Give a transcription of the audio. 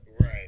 Right